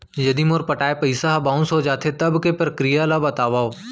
यदि मोर पटाय पइसा ह बाउंस हो जाथे, तब के प्रक्रिया ला बतावव